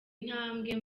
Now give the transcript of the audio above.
intambwe